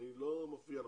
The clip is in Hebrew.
אני לא מפריע לכם,